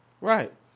Right